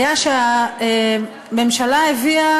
היה מה שהממשלה הביאה,